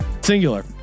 Singular